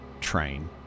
train